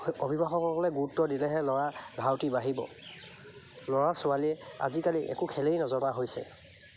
অভিভাৱকসকলে গুৰুত্ব দিলেহে ল'ৰা ধাউতি বাঢ়িব ল'ৰা ছোৱালীয়ে আজিকালি একো খেলেই নজনা হৈছে